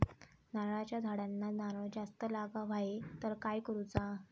नारळाच्या झाडांना नारळ जास्त लागा व्हाये तर काय करूचा?